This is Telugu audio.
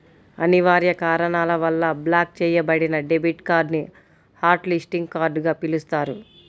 అనివార్య కారణాల వల్ల బ్లాక్ చెయ్యబడిన డెబిట్ కార్డ్ ని హాట్ లిస్టింగ్ కార్డ్ గా పిలుస్తారు